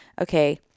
okay